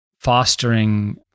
fostering